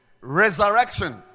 Resurrection